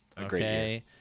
Okay